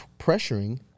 pressuring